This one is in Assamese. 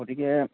গতিকে